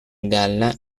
galla